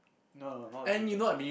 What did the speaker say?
no no not a green zone